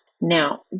Now